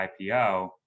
IPO